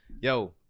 Yo